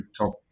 top